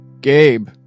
Gabe